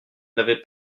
n’avez